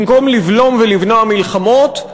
במקום לבלום ולמנוע מלחמות,